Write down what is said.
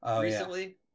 recently